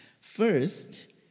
first